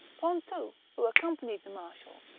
pontou, who accompanied the marshal,